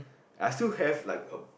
I still have like a